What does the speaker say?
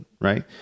Right